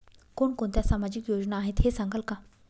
कोणकोणत्या सामाजिक योजना आहेत हे सांगाल का?